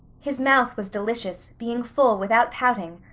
his mouth was delicious, being full without pouting,